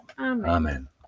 Amen